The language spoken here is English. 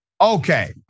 Okay